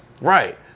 Right